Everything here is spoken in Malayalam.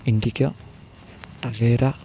ഇൻഡിക്ക ടവേര